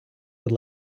будь